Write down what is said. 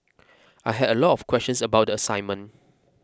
I had a lot of questions about the assignment